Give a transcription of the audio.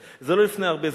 זה לא לפני הרבה זמן: